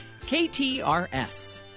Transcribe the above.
KTRS